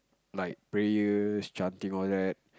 like prayers chanting all that